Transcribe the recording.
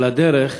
אבל הדרך